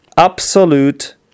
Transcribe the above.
Absolute